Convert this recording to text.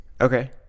Okay